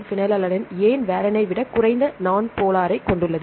phenylalanine ஏன் valine ஐ விட குறைந்த நான் போலார் ஐ க்கொண்டுள்ளது